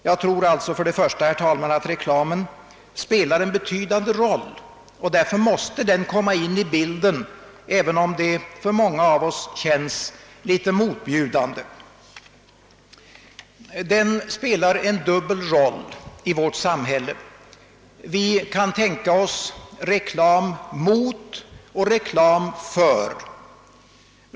Jag tror alltså, herr talman, att reklamen spelar en betydande roll i detta sammanhang, och därför måste den komma in i bilden, även om det för många av oss ur tryckfrihetssynpunkt känns litet motbjudande. Reklamen spelar t.o.m. en dubbel roll i vårt samhälle. Vi kan tänka oss reklam mot och reklam för.